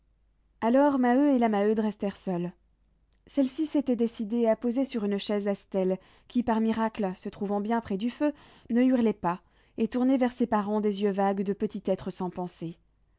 alors maheu et la maheude restèrent seuls celle-ci s'était décidée à poser sur une chaise estelle qui par miracle se trouvant bien près du feu ne hurlait pas et tournait vers ses parents des yeux vagues de petit être sans pensée